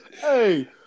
Hey